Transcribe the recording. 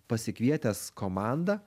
pasikvietęs komandą